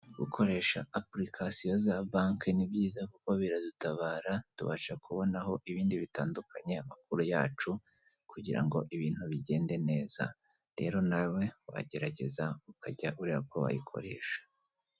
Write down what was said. Gukoresha apurikasi za banki ni byiza kuko biradutabara tubasha kubonaho ibindi bitandukanye; amakuru yacu kugira ngo ibintu bigende neza rero nawe wagerageza ukajya ureba ko wayikoresha.